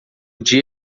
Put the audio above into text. dia